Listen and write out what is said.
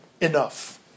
enough